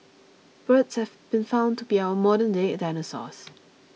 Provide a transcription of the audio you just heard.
birds have been found to be our modernday dinosaurs